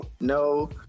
no